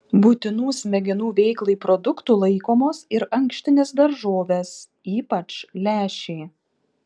būtinu smegenų veiklai produktu laikomos ir ankštinės daržovės ypač lęšiai